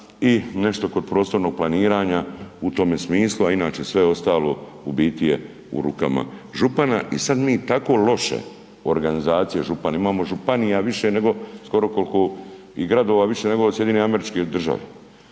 i nešto kod prostornog planiranja u tome smislu, a inače sve ostalo u biti je u rukama župana i sad mi tako loše organizacija župana, imamo županija više nego skoro koliko i gradova, više nego SAD. Mislim to ne može